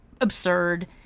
absurd